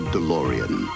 DeLorean